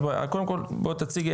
אז בואי, קודם כל בואי תציגי.